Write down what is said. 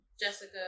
jessica